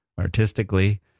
artistically